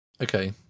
okay